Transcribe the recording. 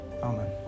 Amen